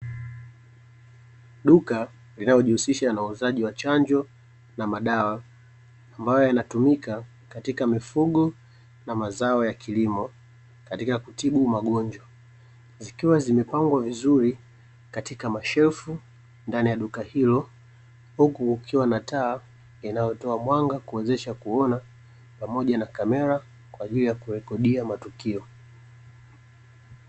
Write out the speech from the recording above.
Duka linalojihusisha na uuzaji wa chanjo na madawa ambayo yanatumika katika mifugo na mazao ya kilimo katika kutibu magonjwa zikiwa zimepangwa vizuri katika mashelfu ndani ya duka hilo, huku ukiwa na taa inayotoa mwanga kuwezesha kuona pamoja na kamera kwa ajili ya kurekodia matukio.